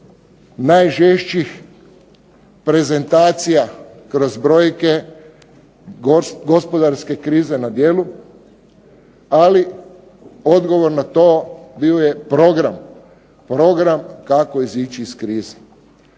najžešćih prezentacija kroz brojke gospodarske krize na djelu, ali odgovor na to bio je program, program kako izaći iz krize.